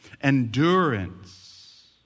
endurance